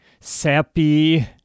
sappy